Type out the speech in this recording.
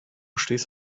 stehst